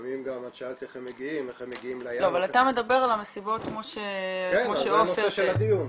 שאלת איך הם מגיעים ליער --- אבל אתה מדבר על מסיבות כמו שעופר תיאר.